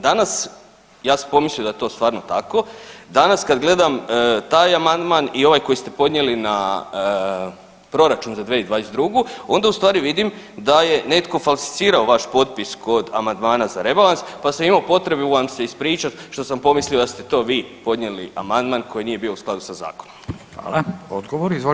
Danas, ja sam pomislio da je to stvarno tako, danas kada gledam taj amandman i ovaj koji ste podnijeli na proračun za 2022. onda ustvari vidim da je netko falsificirao vaš potpis kod amandmana za rebalans pa sam imao potrebe vam se ispričati što sam pomislio da ste to vi podnijeli amandman koji nije bio u skladu sa zakonom.